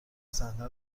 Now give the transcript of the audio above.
صحنه